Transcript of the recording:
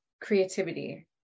creativity